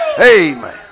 Amen